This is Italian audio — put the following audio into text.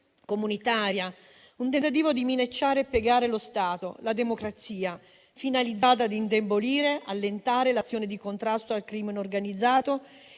comunitaria; un tentativo di minacciare e piegare lo Stato e la democrazia, finalizzato a indebolire e allentare l'azione di contrasto al crimine organizzato